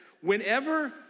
whenever